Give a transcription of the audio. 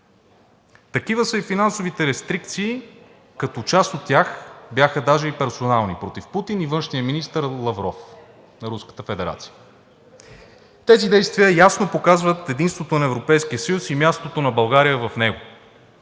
Такива са и финансовите рестрикции, като част от тях бяха даже и персонални – против Путин и външния министър Лавров на Руската федерация. Тези действия ясно показват единството на Европейския съюз и мястото на България в него.